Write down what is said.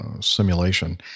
simulation